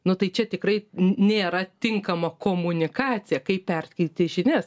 nuo tai čia tikrai nėra tinkama komunikacija kaip perskaitai žinias